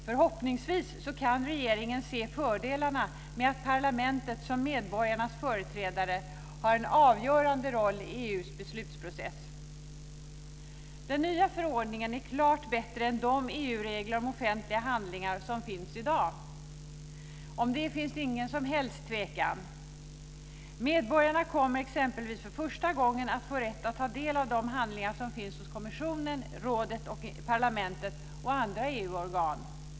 Förhoppningsvis kan regeringen se fördelarna med att parlamentet som medborgarnas företrädare har en avgörande roll i Den nya förordningen är klart bättre än de EU regler om offentliga handlingar som finns i dag. Om det finns det ingen som helst tvekan. Medborgarna kommer exempelvis för första gången att få rätt att ta del av de handlingar som finns hos kommissionen, rådet, parlamentet och andra EU-organ.